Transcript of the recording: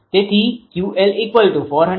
તેથી 𝑄𝑙480×0